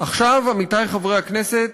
עכשיו, עמיתי חברי הכנסת,